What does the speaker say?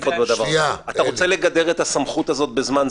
אתה רוצה לגדר את הסמכות הזאת בזמן,